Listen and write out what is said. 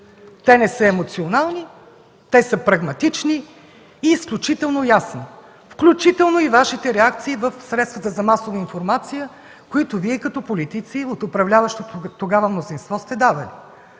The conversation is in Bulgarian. Те не са емоционални, те са прагматични и изключително ясни, включително и Вашите реакции в средствата за масова информация, които Вие, като политици от управляващото тогава мнозинство, сте давали.